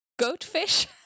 goatfish